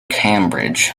cambridge